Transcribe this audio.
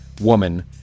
woman